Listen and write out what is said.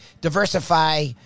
diversify